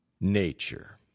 nature